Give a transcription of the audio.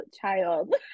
child